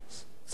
סגרתי את הרשימה.